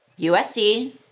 USC